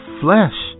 flesh